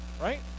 right